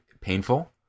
painful